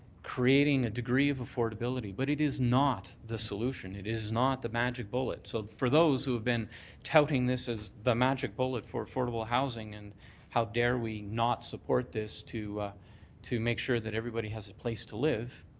creating a degree ever affordability. but it is not the solution. it is not the magic bullet. so for those who have been touting this as the magic bullet for affordable housing and how dare we not support this to to make sure that everybody has a place to live,